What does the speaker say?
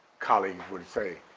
colleagues would say,